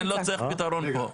לא צריך פתרון פה.